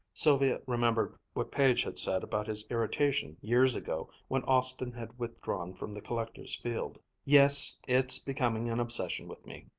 sylvia remembered what page had said about his irritation years ago when austin had withdrawn from the collector's field. yes, it's becoming an obsession with me,